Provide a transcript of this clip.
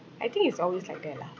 I think it's always like that lah